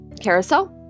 carousel